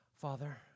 Father